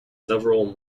several